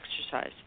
exercise